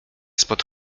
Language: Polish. spod